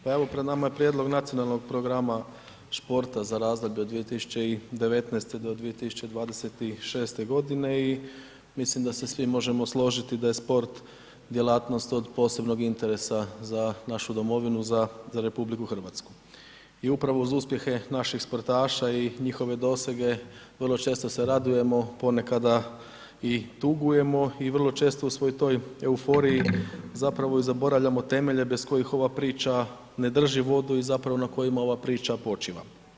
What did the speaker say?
Pa evo, pred nama je prijedlog Nacionalnog programa športa za razdoblje od 2019.—2026. godine i mislim da se svi možemo složiti da je sport djelatnost od posebnog interesa za našu domovinu, za RH i upravi uz uspjehe naših sportaša i njihove dosege, vrlo često se radujemo, ponekada i tugujemo i vrlo često, u svoj toj euforiji zapravo zaboravljamo temelje bez kojih ova priča ne drži vodu i zapravo na kojima ova priča počiva.